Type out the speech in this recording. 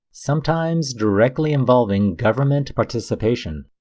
sometimes directly involving government participation.